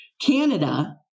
Canada